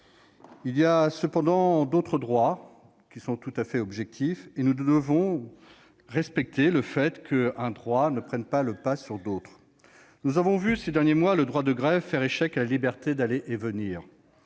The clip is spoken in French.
Il existe cependant d'autres droits, tout à fait objectifs, et nous devons respecter le fait qu'un droit ne doit pas prendre le pas sur un autre. Nous avons vu ces derniers mois le droit de grève faire échec à la liberté d'aller et venir,